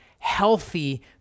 healthy